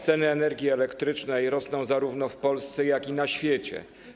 Ceny energii elektrycznej rosną zarówno w Polsce, jak i na świecie.